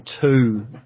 two